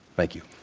thank you.